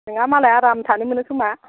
नोंहा मालाय आराम थानो मोनो खोमा